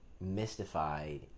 mystified